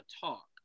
talk